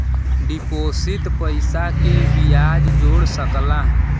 deposit पइसा के बियाज जोड़ सकला